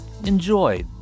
enjoy